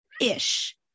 ish